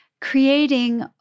creating